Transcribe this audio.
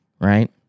Right